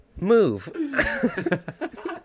Move